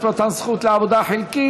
דמי לידה לעצמאיות, מתן זכות לעבודה חלקית),